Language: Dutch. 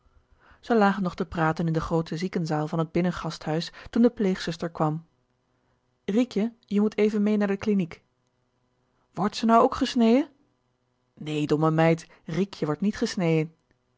ze lagen nog te praten in de groote ziekenzaal van het binnengast toen de pleegzuster kwam huis riekje je moet even mee naar de kliniek wordt ze nou ook gesneje nee domme meid riekje wordt niet